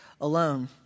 alone